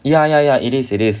ya ya ya it is it is